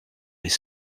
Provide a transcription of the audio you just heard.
les